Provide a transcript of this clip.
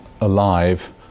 Alive